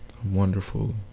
Wonderful